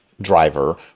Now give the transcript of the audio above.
driver